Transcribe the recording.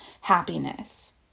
happiness